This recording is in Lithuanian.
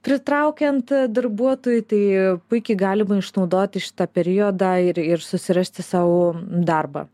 pritraukiant darbuotojų tai puikiai galima išnaudoti šitą periodą ir ir susirasti sau darbą